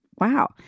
Wow